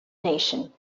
nation